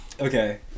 Okay